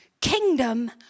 kingdom